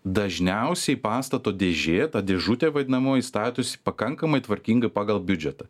dažniausiai pastato dėžė ta dėžutė vadinamoji statosi pakankamai tvarkingai pagal biudžetą